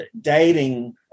dating